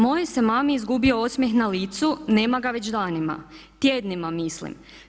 Mojoj se mami izgubio osmjeh na licu nema ga već danima, tjednima mislim.